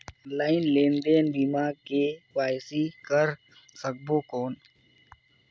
Online लेनदेन बिना KYC कर सकबो कौन??